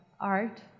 art